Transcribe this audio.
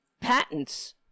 patents